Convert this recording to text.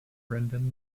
brendan